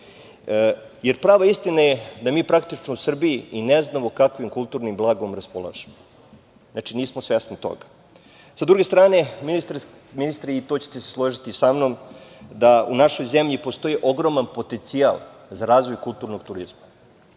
Prav istina je da mi praktično u Srbiji i ne znamo kakvim kulturnim blagom raspolažemo, znači nismo svesni toga. Sa druge strane, ministri, i tu ćete se složiti sa mnom, da u našoj zemlji postoji ogroman potencijal za razvoj kulturnog turizma.